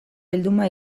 bilduma